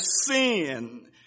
sin